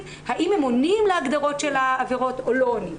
האם הם עונים להגדרות של העבירות או לא עונים.